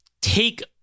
take